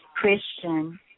Christian